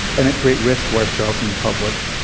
and at great risk to ourselves and the public.